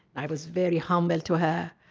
i was very humble to her,